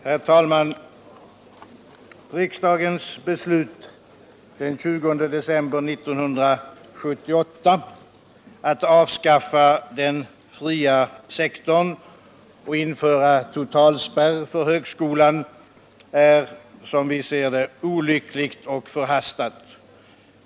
Herr talman! Riksdagens beslut den 20 december 1978 att avskaffa den fria sektorn och införa totalspärr för högskolan var, som vi ser det, olyckligt och förhastat.